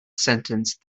sentence